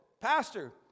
pastor